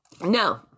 no